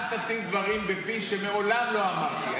אל תשים דברים בפי, שמעולם לא אמרתי.